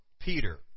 Peter